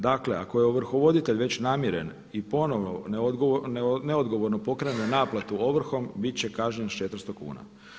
Dakle ako je ovrhovoditelj već namiren i ponovno neodgovorno pokrene naplatu ovrhom biti će kažnjen s 400 kuna.